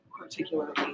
particularly